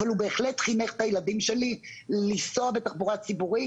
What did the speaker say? אבל הוא בהחלט חינך את הילדים שלי לנסוע בתחבורה ציבורית.